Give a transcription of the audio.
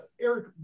Eric